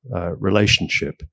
relationship